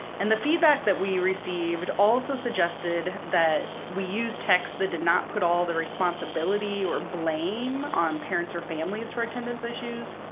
and the feedback that we received also suggested that we use text that did not put all the responsibility or blame on parents or families for attendance issues,